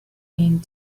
and